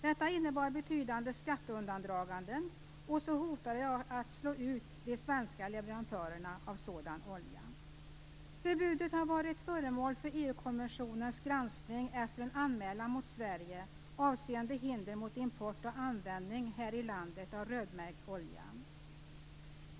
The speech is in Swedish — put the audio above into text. Detta innebar ett betydande skatteundandragande, och det hotade att slå ut de svenska leverantörerna av sådan olja. Förbudet har varit föremål för EU-kommissionens granskning efter en anmälan mot Sverige avseende hinder mot import och användning här i landet av rödmärkt olja.